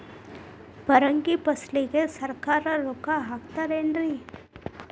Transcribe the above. ಪರಂಗಿ ಫಸಲಿಗೆ ಸರಕಾರ ರೊಕ್ಕ ಹಾಕತಾರ ಏನ್ರಿ?